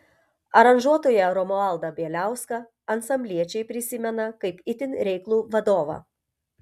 aranžuotoją romualdą bieliauską ansambliečiai prisimena kaip itin reiklų vadovą